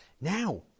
Now